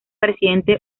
presidente